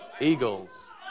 eagles